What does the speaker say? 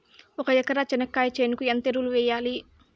ఒక ఎకరా చెనక్కాయ చేనుకు ఎంత ఎరువులు వెయ్యాలి?